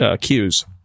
cues